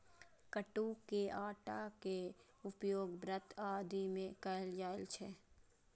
कट्टू के आटा के उपयोग व्रत आदि मे कैल जाइ छै